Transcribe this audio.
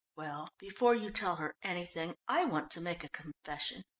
well, before you tell her anything, i want to make a confession,